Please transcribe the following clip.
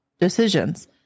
decisions